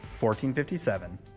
1457